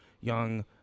young